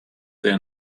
there